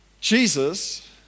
Jesus